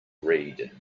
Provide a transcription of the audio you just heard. read